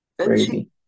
Crazy